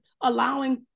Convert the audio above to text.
allowing